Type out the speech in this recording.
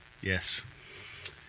Yes